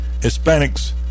Hispanics